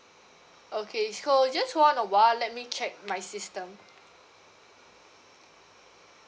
okay so just hold on a while let me check my system